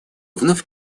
вновь